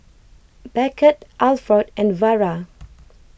Beckett Alford and Vara